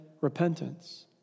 repentance